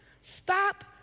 stop